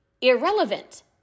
irrelevant